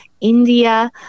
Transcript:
india